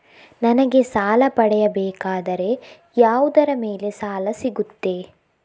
ನನಗೆ ಸಾಲ ಪಡೆಯಬೇಕಾದರೆ ಯಾವುದರ ಮೇಲೆ ಸಾಲ ಸಿಗುತ್ತೆ?